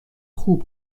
خوب